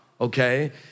okay